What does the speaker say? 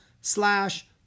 slash